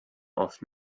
auf